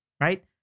right